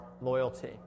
loyalty